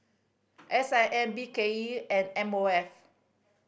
S I M B K E and M O F